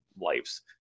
lives